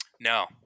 No